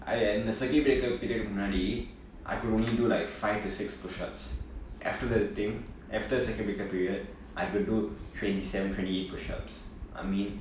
I and the circuit breaker period முன்னாடி:munnadi I could only do like five to six pushups after the thing after the circuit breaker period I could do twenty seven twenty eight pushups I mean